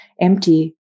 empty